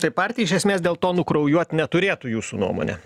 na tai partijai iš esmės dėl to nukraujuot neturėtų jūsų nuomone